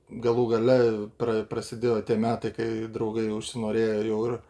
galų gale pra prasidėjo tie metai kai draugai užsinorėjo jau ir